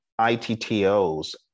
ITTOs